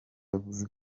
yavuze